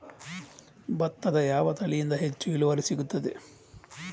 ಭತ್ತದ ಯಾವ ತಳಿಯಿಂದ ಹೆಚ್ಚು ಇಳುವರಿ ಸಿಗುತ್ತದೆ?